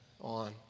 on